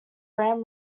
ram